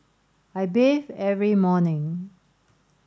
I bathe every morning